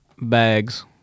Bags